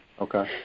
Okay